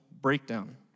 breakdown